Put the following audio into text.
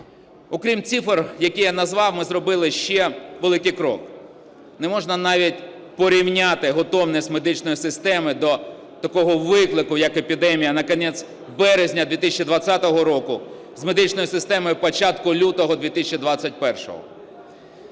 Окрім цифр, які я назвав, ми зробили ще великий крок. Не можна навіть порівняти готовність медичної системи до такого виклику як епідемія на кінець березня 2020 року з медичною системою початку лютого 2021-го.